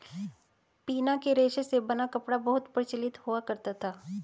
पिना के रेशे से बना कपड़ा बहुत प्रचलित हुआ करता था